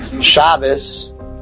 Shabbos